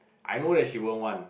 I know that she won't want